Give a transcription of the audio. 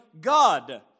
God